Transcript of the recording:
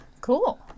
Cool